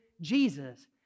Jesus